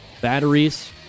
Batteries